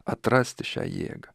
atrasti šią jėgą